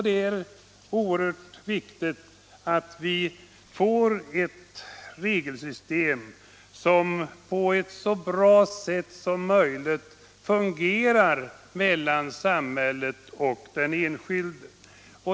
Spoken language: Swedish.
Det är viktigt att vi mellan samhället och den enskilde får ett regelsystem som fungerar på ett så bra sätt som möjligt.